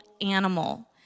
animal